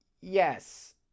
Yes